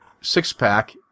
six-pack